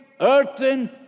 earthen